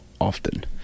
often